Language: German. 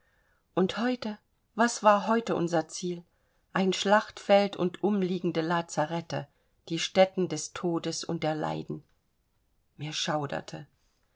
und heute was war heute unser ziel ein schlachtfeld und umliegende lazarethe die stätten des todes und der leiden mir schauderte